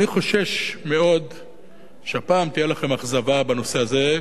אני חושש מאוד שהפעם תהיה לכם אכזבה בנושא הזה,